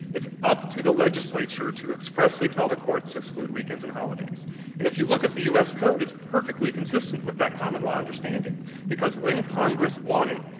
it's up to the legislature to expressly tell the court to exclude weekends and holidays. and if you look at the u s. code, it's perfectly consistent with that common law understanding because when congress wanted,